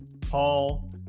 Paul